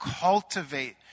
cultivate